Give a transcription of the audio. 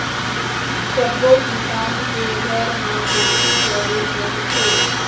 सब्बो किसान के घर म कोठी जरूर रहिथे